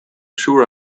sure